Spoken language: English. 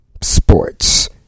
sports